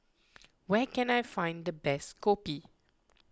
where can I find the best Kopi